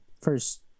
first